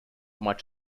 much